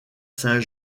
saint